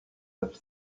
neuf